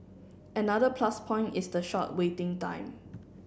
another plus point is the short waiting time